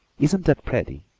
isn't that pretty?